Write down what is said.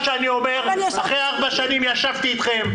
זה מה שאני אומר, אחרי ארבע שנים שישבתי אתכם.